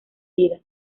vida